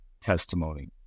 testimony